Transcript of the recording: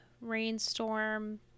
rainstorm